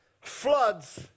floods